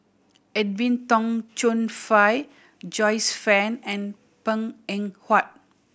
Edwin Tong Chun Fai Joyce Fan and Png Eng Huat